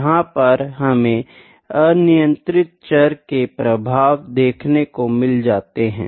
यहाँ पर हमे अनियंत्रित चर के प्रभाव देखने को मिल जाते है